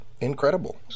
Incredible